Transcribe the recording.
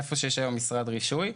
איפה שיש היום משרד רישוי,